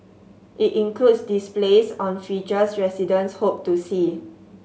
it includes displays on features residents hope to see